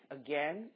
again